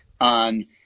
on